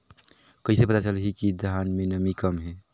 कइसे पता चलही कि धान मे नमी कम हे?